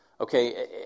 Okay